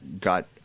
got